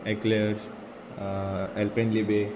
eclairs Alpenliebe